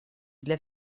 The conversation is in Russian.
для